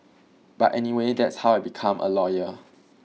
but anyway that's how I became a lawyer